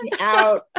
out